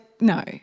no